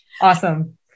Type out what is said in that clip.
Awesome